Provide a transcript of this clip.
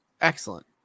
Excellent